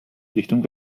richtung